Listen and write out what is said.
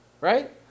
Right